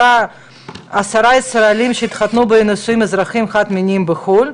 עשרה ישראלים שהתחתנו בנישואים אזרחיים חד מיניים בחו"ל,